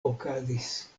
okazis